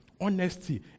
honesty